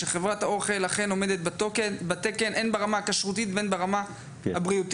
שחברת האוכל אכן עומדת בתקן הן ברמה הכשרותית והן ברמה הבריאותית.